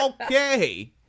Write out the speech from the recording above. Okay